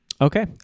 Okay